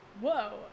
whoa